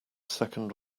second